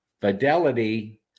Fidelity